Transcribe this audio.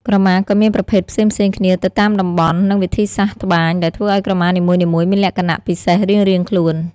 ក្រមាក៏មានប្រភេទផ្សេងៗគ្នាទៅតាមតំបន់ និងវិធីសាស្រ្តត្បាញ ដែលធ្វើឲ្យក្រមានីមួយៗមានលក្ខណៈពិសេសរៀងៗខ្លួន។